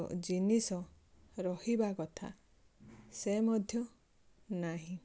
ଜିନିଷ ରହିବା କଥା ସେ ମଧ୍ୟ ନାହିଁ